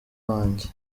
wanjye